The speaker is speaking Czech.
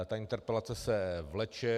Ta interpelace se vleče.